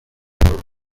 bikorwa